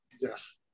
Yes